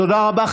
תודה רבה.